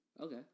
Okay